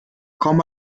kaum